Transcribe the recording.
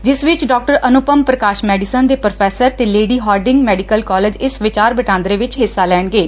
ਜਿਸ ਵਿਚ doctor Anupam Prakash medicine ਦੇ ਪ੍ਰੋਫੈਸਰ ਤੇ ਲੇਡੀ ਹਾਰਡਿੰਗ ਮੈਡੀਕਲ ਕਾਲਜ ਇਸ ਵਿਚਾਰ ਵਟਾਂਦਰੇ ਵਿਚ ਹਿੱਸਾ ਲੈਣਗੇ